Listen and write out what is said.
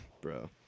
Bro